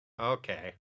Okay